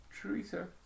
Teresa